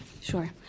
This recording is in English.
Sure